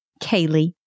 Kaylee